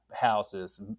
houses